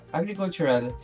agricultural